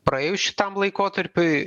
praėjus šitam laikotarpiui